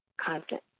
constant